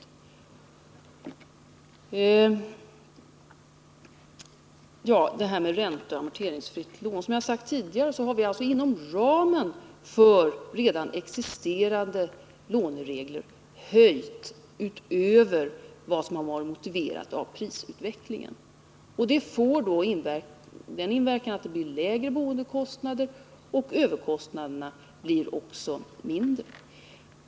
Så till frågan om det ränteoch amorteringsfria lånet. Som jag sagt tidigare har vi inom ramen för redan existerande låneregler höjt detta utöver vad som varit motiverat av prisutvecklingen. Detta får den inverkan att det blir lägre boendekostnader liksom att också överkostnaderna blir lägre.